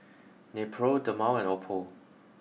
Nepro Dermale and Oppo